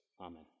amen